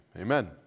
amen